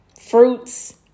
fruits